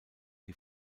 die